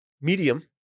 Medium